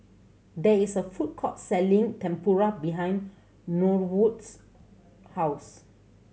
there is a food court selling Tempura behind Norwood's house